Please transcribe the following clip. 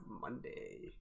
Monday